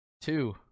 two